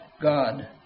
God